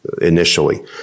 initially